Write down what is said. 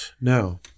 No